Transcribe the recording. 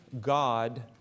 God